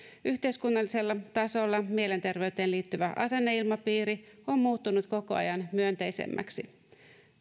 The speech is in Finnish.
yhteiskunnallisella tasolla mielenterveyteen liittyvä asenneilmapiiri on muuttunut koko ajan myönteisemmäksi